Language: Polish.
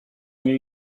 niej